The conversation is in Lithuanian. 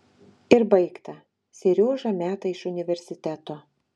ir baigta seriožą meta iš universiteto